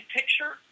picture